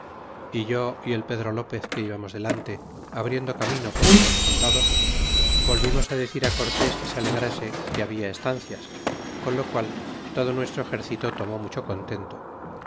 é yo y el pedro lopez que íbamos delante abriendo camino con otros soldados volvimos decir á cortés que se alegrase que había estancias con lo qual todo nuestro exercito tomó mucho contento